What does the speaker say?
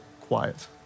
quiet